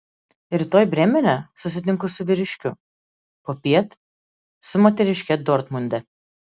rytoj brėmene susitinku su vyriškiu popiet su moteriške dortmunde